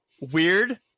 weird